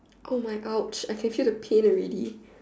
oh my !ouch! I can feel the pain already